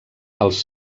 els